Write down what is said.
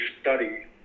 study